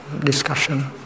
discussion